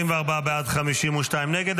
44 בעד, 52 נגד.